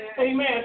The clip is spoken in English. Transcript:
Amen